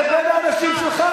לבין האנשים שלך,